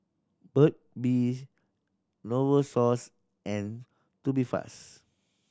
Burt's Bee Novosource and Tubifast